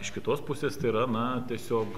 iš kitos pusės tai yra na tiesiog